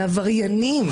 לעבריינים.